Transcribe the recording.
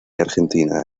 argentina